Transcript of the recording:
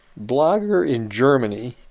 blogger in germany,